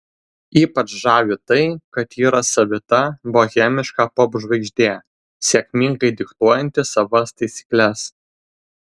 ypač žavi tai kad ji yra savita bohemiška popžvaigždė sėkmingai diktuojanti savas taisykles